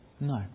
No